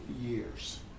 years